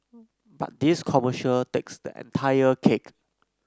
but this commercial takes the entire cake